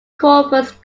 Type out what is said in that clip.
corpus